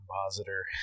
compositor